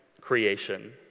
creation